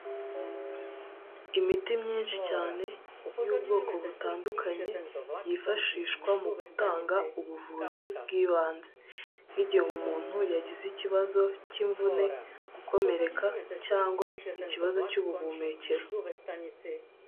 Imiti myinshi cyane y'ubwoko butandukanye yifashishwa mu gutanga ubuvuzi bw'ibanze nk'igihe umuntu yagize ikibazo cy'imvune gukomereka cyangwa ikibazo cy'ubuhumekero.